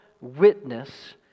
witness